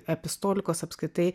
epistolikos apskritai